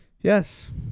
yes